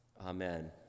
amen